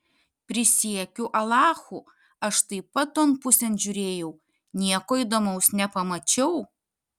prisiekiu alachu aš taip pat ton pusėn žiūrėjau nieko įdomaus nepamačiau